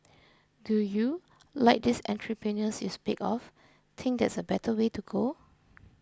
do you like these entrepreneurs you speak of think that's a better way to go